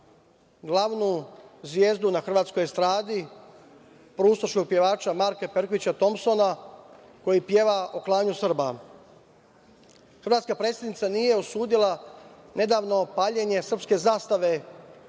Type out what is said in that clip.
glavnu zvezdu na hrvatskoj estradi, proustaškog pevača Marka Perkovića Tomsona, koji peva o klanju Srba. Hrvatska predsednica nije osudila nedavno paljenje srpske zastave u